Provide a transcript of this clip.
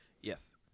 Yes